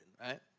right